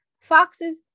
foxes